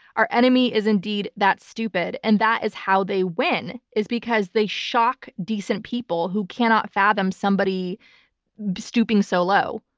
our enemy is indeed that stupid and that is how they win is because they shock decent people who cannot fathom somebody stooping so low,